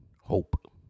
hope